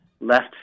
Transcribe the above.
left